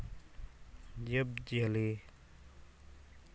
ᱡᱤᱵᱽᱼᱡᱤᱭᱟᱹᱞᱤ